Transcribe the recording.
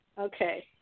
Okay